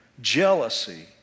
Jealousy